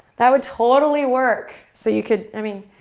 that would totally work so you could, i mean,